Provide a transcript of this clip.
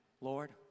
Lord